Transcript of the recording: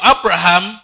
Abraham